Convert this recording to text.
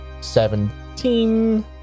seventeen